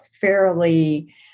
fairly